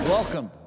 welcome